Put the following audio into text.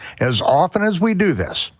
as often as we do this,